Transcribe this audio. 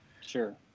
Sure